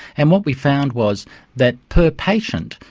and what we found was that per patient,